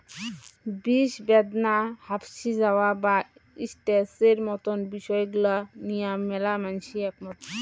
বিষব্যাদনা, হাপশি যাওয়া বা স্ট্রেসের মতন বিষয় গুলা নিয়া ম্যালা মানষি একমত